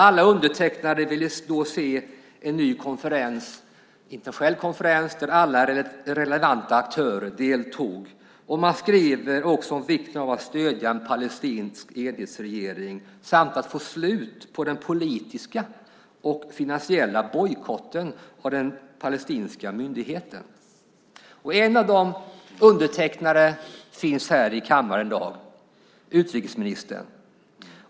Alla undertecknare ville då se en ny internationell konferens där alla relevanta aktörer deltog. Man skriver också om vikten av att stödja en palestinsk enhetsregering samt att få ett slut på den politiska och finansiella bojkotten av den palestinska myndigheten. En av dessa undertecknare finns här i kammaren i dag, utrikesministern.